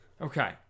Okay